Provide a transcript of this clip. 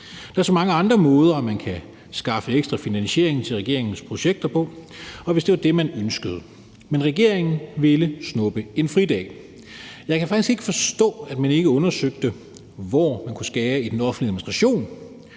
Der er så mange andre måder, man kan skaffe ekstra finansiering til regeringens projekter på, hvis det var det, man ønskede. Men regeringen ville snuppe en fridag. Jeg kan faktisk ikke forstå, at man ikke undersøgte, hvor man kunne skære i den offentlige administration,